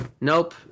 Nope